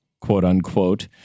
quote-unquote